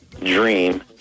Dream